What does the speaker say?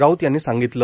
राऊत यांनी सांगितलं